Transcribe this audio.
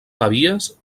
pavies